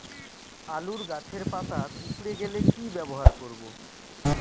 আলুর গাছের পাতা কুকরে গেলে কি ব্যবহার করব?